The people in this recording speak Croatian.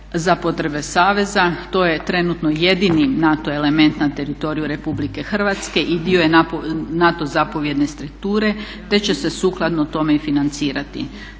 za potrebe saveza. To je trenutno jedini NATO element na teritoriju Republike Hrvatske i dio je NATO zapovjedne strukture te će se sukladno tome i financirati.